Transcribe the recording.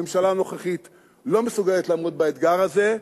הממשלה הנוכחית לא מסוגלת לעמוד באתגר הזה,